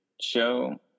show